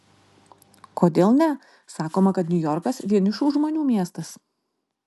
kodėl ne sakoma kad niujorkas vienišų žmonių miestas